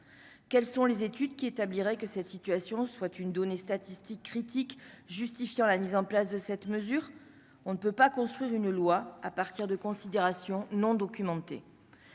quelles sont les études qui établirait que cette situation soit une donnée statistique critique justifiant la mise en place de cette mesure, on ne peut pas construire une loi à partir de considérations non documenté.